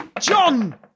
John